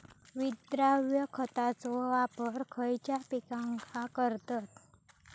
विद्राव्य खताचो वापर खयच्या पिकांका करतत?